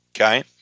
okay